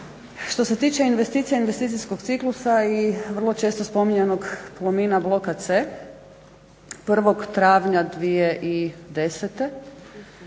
što se tiče investicija i investicijskog ciklusa i vrlo često spominjanog Plomina bloka C, 1. travnja 2010.